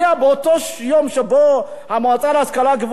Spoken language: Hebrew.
באותו יום שבו המועצה להשכלה גבוהה לא